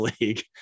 league